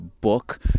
book